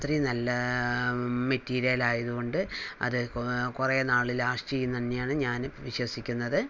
അത്രയും നല്ല മെറ്റീരിയലായതുകൊണ്ട് അത് കുറേ നാൾ ലാസ്റ്റ് ചെയ്യും എന്ന് തന്നെയാണ് ഞാൻ വിശ്വസിക്കുന്നത്